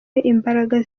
imbaraga